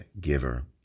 giver